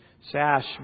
sash